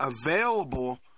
available